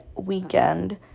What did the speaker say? weekend